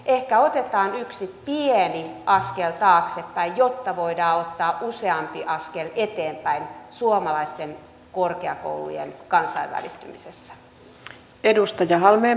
ehkä otetaan yksi pieni askel taaksepäin jotta voidaan ottaa useampi askel eteenpäin suomalaisten korkeakoulujen kansainvälistymisessä